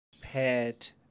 Pet